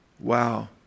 Wow